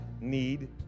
need